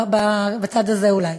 בצד הזה אולי.